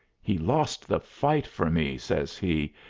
he lost the fight for me, says he,